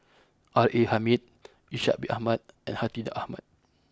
R A Hamid Ishak bin Ahmad and Hartinah Ahmad